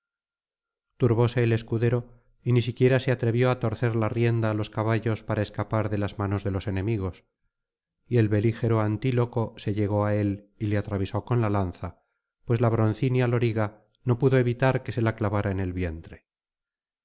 turbóse el escudero y ni siquiera se atrevió á torcer la rienda á los caballos para escapar de las manos de los enemigos y el belígero antíloco se llegó á él y le atravesó con la lanza pues la broncínea loriga no pudo evitar que se la clavara en el vientre